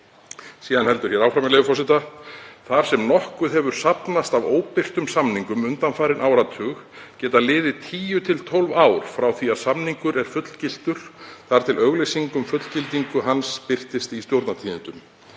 Síðan heldur hér áfram, með leyfi forseta: „Þar sem nokkuð hefur safnast af óbirtum samningum undanfarinn áratug geta liðið 10–12 ár frá því að samningur er fullgiltur þar til auglýsing um fullgildingu hans birtist í Stjórnartíðindum.“